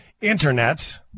internet